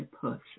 person